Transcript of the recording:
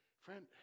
friend